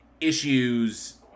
issues